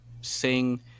sing